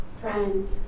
friend